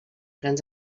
plans